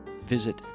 Visit